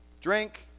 drink